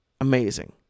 amazing